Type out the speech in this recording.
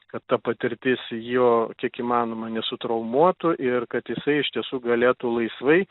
kad ta patirtis jo kiek įmanoma nesutraumuotų ir kad jisai iš tiesų galėtų laisvai